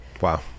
Wow